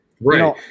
Right